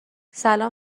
سلام